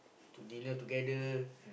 to dinner together